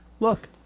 Look